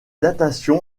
datation